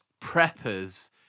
preppers